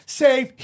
save